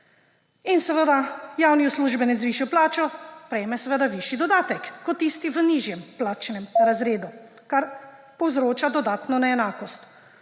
In, seveda, javni uslužbenec z višjo plačo prejme višji dodatek kot tisti v nižjem plačnem razredu, kar povzroča dodatno neenakost.